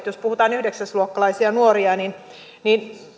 jos puhutaan yhdeksäs luokkalaisista nuorista niin